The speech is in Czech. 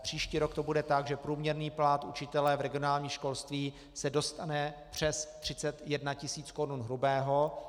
Příští rok to bude tak, že průměrný plat učitele v regionálním školství se dostane přes 31 tisíc korun hrubého.